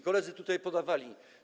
Koledzy tutaj podawali.